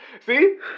See